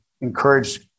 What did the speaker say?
encourage